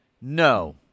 No